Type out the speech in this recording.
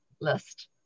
list